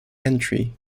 entry